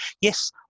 Yes